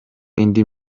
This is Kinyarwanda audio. indi